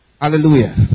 Hallelujah